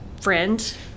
friend